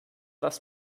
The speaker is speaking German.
das